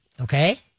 Okay